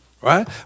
right